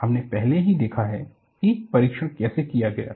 हमने पहले ही देखा है कि परीक्षण कैसे किया गया था